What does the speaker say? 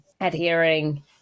adhering